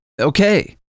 Okay